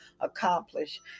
accomplish